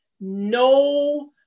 no